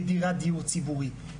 בדירת דיור ציבורי,